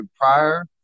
prior